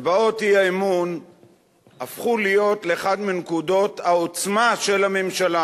הצבעות האי-אמון הפכו להיות אחת מנקודות העוצמה של הממשלה.